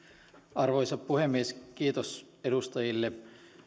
arvoisa puhemies kiitos edustajille